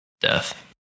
Death